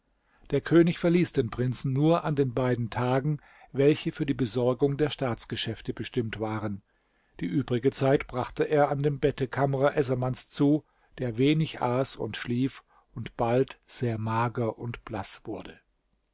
der könig verließ den prinzen nur an den beiden tagen welche für die besorgung der staatsgeschäfte bestimmt waren die übrige zeit brachte er an dem bette kamr essamans zu der wenig aß und schlief und bald sehr mager und blaß wurde